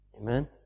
Amen